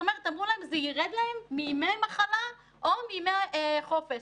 אמרו להם, זה ירד להם מימי מחלה או מימי חופש.